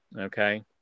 Okay